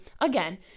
again